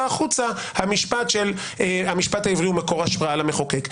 החוצה המשפט שאומר שהמשפט העברי הוא מקור השראה למחוקק.